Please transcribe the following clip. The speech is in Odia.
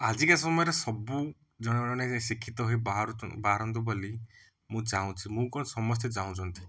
ଆଜିକା ସମୟରେ ସବୁ ଜଣେ ଜଣେ ଶିକ୍ଷିତ ହେଇ ବାହାରୁଛ ବାହାରନ୍ତୁ ବୋଲି ମୁଁ ଚାହୁଁଛି ମୁଁ କ'ଣ ସମସ୍ତେ ଚାହୁଁଛନ୍ତି